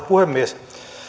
puhemies